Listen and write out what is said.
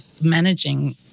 managing